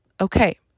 Okay